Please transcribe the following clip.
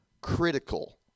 critical